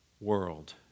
world